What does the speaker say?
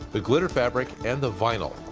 the glitter fabric and the vinyl.